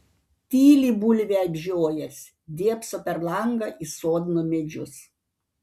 tyli bulvę apžiojęs dėbso per langą į sodno medžius